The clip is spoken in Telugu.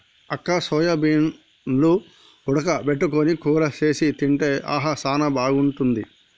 అక్క సోయాబీన్లు ఉడక పెట్టుకొని కూర సేసి తింటే ఆహా సానా బాగుంటుంది